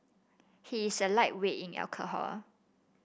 he is a lightweight in alcohol